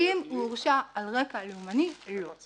אם הורשע על רקע לאומני, לא.